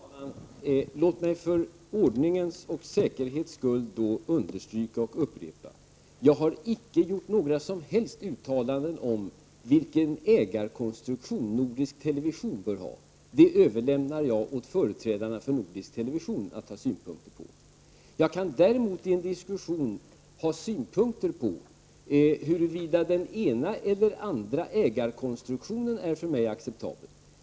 Herr talman! Låt mig för ordningens skull och för säkerhets skull understryka och upprepa: Jag har icke gjort några som helst uttalanden om vilken ägarkonstruktion Nordisk Television bör ha. Det överlämnar jag åt företrädarna för Nordisk Television att ha synpunkter om. Jag kan däremot i en diskussion ha synpunkter på huruvida den ena eller andra ägarkonstruktionen är för mig acceptabel.